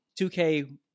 2K